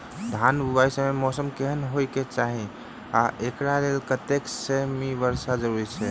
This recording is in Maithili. धान बुआई समय मौसम केहन होइ केँ चाहि आ एकरा लेल कतेक सँ मी वर्षा जरूरी छै?